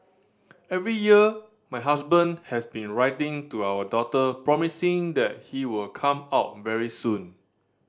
every year my husband has been writing to our daughter promising that he will come out very soon